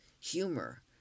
humor